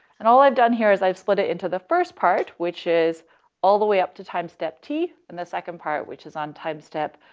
and all i've done here is i've split it into the first part which is all the way up to time step t, and the second part which is on time step,